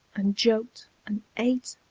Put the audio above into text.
and joked, and ate,